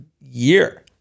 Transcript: year